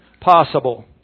Possible